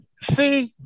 See